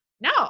no